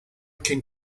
can